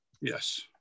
Yes